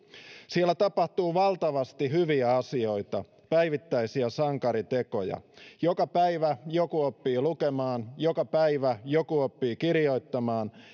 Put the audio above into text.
siellä tapahtuu valtavasti hyviä asioita päivittäisiä sankaritekoja joka päivä joku oppii lukemaan joka päivä joku oppii kirjoittamaan